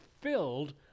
filled